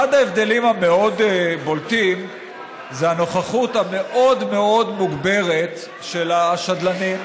אחד ההבדלים המאוד-בולטים זה הנוכחות המאוד-מאוד מוגברת של השדלנים,